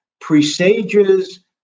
presages